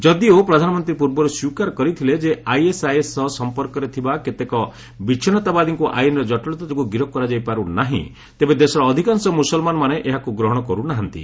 ଯଦିଓ ପ୍ରଧାନମନ୍ତ୍ରୀ ପୂର୍ବରୁ ସ୍ୱୀକାର କରିଥିଲେ ଯେ ଆଇଏସ୍ଆଇଏସ୍ ସହ ସମ୍ପର୍କରେ ଥିବା କେତେକ ବିଚ୍ଛିନ୍ନତାବାଦୀଙ୍କୁ ଆଇନର ଜଟିଳତା ଯୋଗୁଁ ଗିରଫ କରାଯାଇପାରୁ ନାହିଁ ତେବେ ଦେଶର ଅଧିକାଂଶ ମୁସଲମାନମାନେ ଏହାକୁ ଗ୍ରହଣ କର୍ ନାହାନ୍ତି